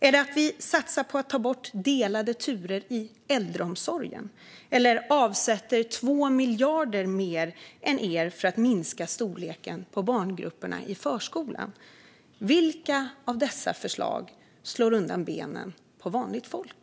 Är det att vi satsar på att ta bort delade turer i äldreomsorgen eller att vi avsätter 2 miljarder mer än ni för att minska storleken på barngrupperna i förskolan? Vilka av dessa förslag slår undan benen för vanligt folk?